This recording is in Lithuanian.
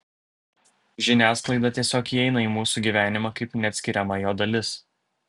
žiniasklaida tiesiog įeina į mūsų gyvenimą kaip neatskiriama jo dalis